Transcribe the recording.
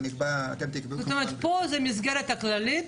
ואתם תקבעו את --- פה זאת המסגרת הכללית.